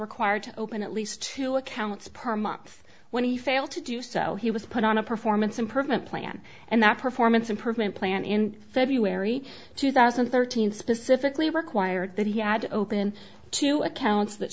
required to open at least two accounts per month when he failed to do so he was put on a performance improvement plan and that performance improvement plan in february two thousand and thirteen specifically required that he had to open two accounts that